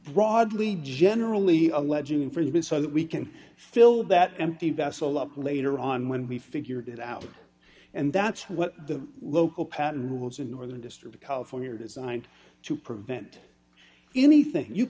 broadly generally alleging for even so that we can fill that empty vessel up later on when we figured it out and that's what the local pattern rules in northern district of california are designed to prevent anything you